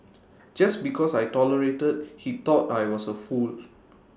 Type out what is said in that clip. just because I tolerated he thought I was A fool